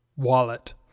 wallet